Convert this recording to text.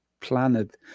planet